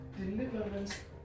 Deliverance